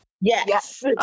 Yes